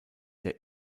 der